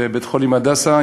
בבית-חולים "הדסה",